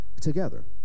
together